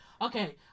okay